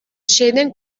schäden